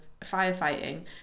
firefighting